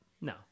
No